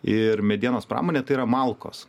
ir medienos pramonė tai yra malkos